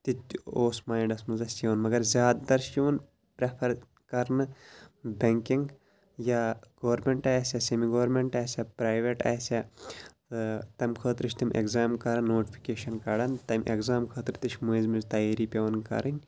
تِتہِ اوس مایِنٛڈَس منٛز اَسہِ یِوان مگر زیادٕ تَر چھِ یِوان پرٛٮ۪فَر کرنہٕ بٮ۪نٛکِنٛگ یا گورمٮ۪نٹ آسہِ یا سیٚمی گورمٮ۪نٹ آسیٛا پرٛیوٮ۪ٹ آسیٛا تَمہِ خٲطرٕ چھِ تِم اٮ۪کزام کران نوٹفِکیشَن کڑان تَمہِ اٮ۪کزام خٲطرٕ تہِ چھِ مٔنٛزۍ مٔنٛزۍ تیٲری پٮ۪وان کَرٕنۍ